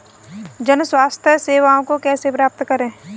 जन स्वास्थ्य सेवाओं को कैसे प्राप्त करें?